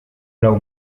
lau